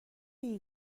این